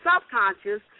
subconscious